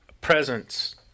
presence